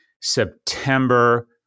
September